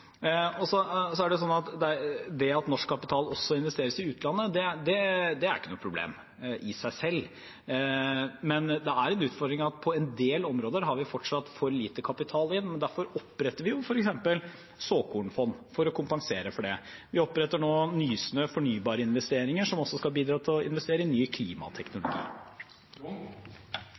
Det at norsk kapital også investeres i utlandet, er ikke noe problem i seg selv, men det er en utfordring at vi på en del områder fortsatt har for lite kapital inn. Derfor oppretter vi f.eks. såkornfond for å kompensere for det. Vi har nå opprettet Nysnø fornybarinvesteringer, som også skal bidra til å investere i ny klimateknologi.